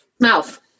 mouth